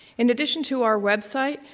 in addition to our website,